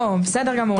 לא, בסדר גמור.